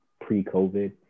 pre-covid